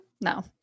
No